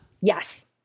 Yes